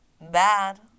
Bad